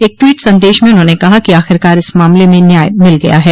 एक ट्वीट संदेश में उन्होंने कहा कि आखिरकार इस मामले में न्याय मिल गया है